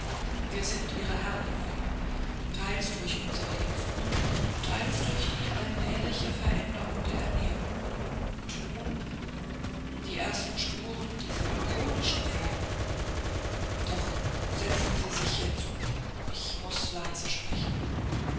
wir sind ihrer herr geworden teils durch unsre impfungen teils durch die allmähliche veränderung der ernährung und nun die ersten spuren dieser chronischen form doch setzen sie sich her zu mir ich muß leise sprechen